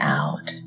out